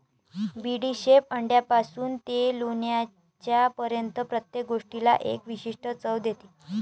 बडीशेप अंड्यापासून ते लोणच्यापर्यंत प्रत्येक गोष्टीला एक विशिष्ट चव देते